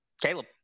Caleb